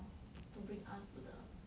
to bring us to the